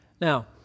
Now